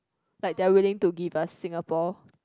like they are willing to give us Singapore